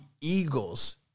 Eagles